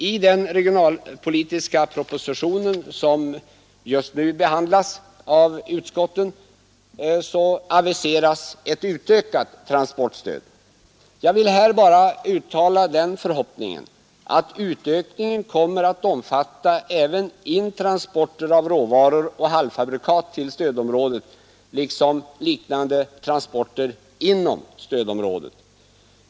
I den regionalpolitiska propositionen, som just nu är föremål för utskottsbehandling, aviseras ett utökat transportstöd. Jag vill bara uttala den förhoppningen att utökningen kommer att omfatta även intransporter av råvaror och halvfabrikat till stödområdet liksom sådana transporter inom stödområdet.